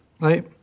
Right